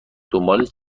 دنبال